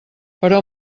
però